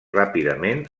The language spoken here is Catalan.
ràpidament